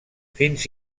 fins